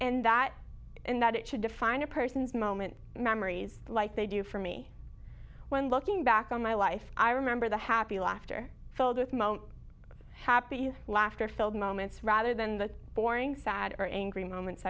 and that and that it should define a person's moment memories like they do for me when looking back on my life i remember the happy laughter filled with moment happy laughter filled moments rather than the boring sad or angry moments